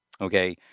Okay